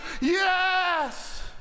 yes